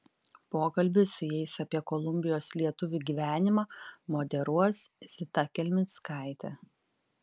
pokalbį su jais apie kolumbijos lietuvių gyvenimą moderuos zita kelmickaitė